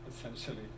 essentially